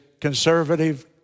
conservative